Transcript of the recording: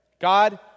God